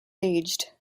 aged